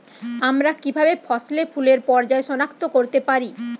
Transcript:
আমরা কিভাবে ফসলে ফুলের পর্যায় সনাক্ত করতে পারি?